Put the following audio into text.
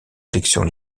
élections